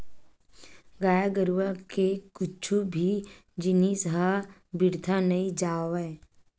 गाय गरुवा के कुछु भी जिनिस ह बिरथा नइ जावय